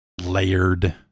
layered